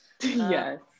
Yes